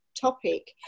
Topic